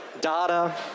data